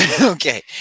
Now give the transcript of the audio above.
Okay